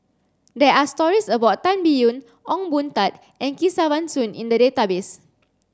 there are stories about Tan Biyun Ong Boon Tat and Kesavan Soon in the database